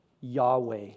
Yahweh